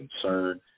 concern